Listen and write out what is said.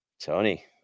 Tony